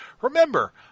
Remember